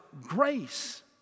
grace